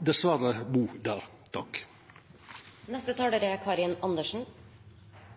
dessverre vil måtta bu der. Det som gjenstår i denne saken, er